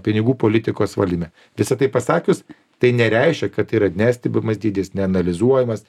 pinigų politikos valdyme visa tai pasakius tai nereiškia kad yra nestebimas dydis neanalizuojamas